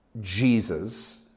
Jesus